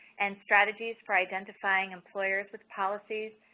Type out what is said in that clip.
and strategies for identifying employers with policies,